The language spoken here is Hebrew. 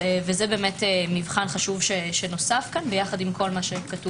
וזה מופיע במקום נוסף אחד בהצעת החוק - במסגרת המבחן המהותי.